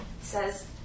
says